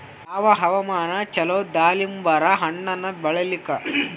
ಯಾವ ಹವಾಮಾನ ಚಲೋ ದಾಲಿಂಬರ ಹಣ್ಣನ್ನ ಬೆಳಿಲಿಕ?